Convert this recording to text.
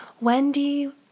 Wendy